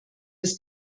des